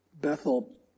Bethel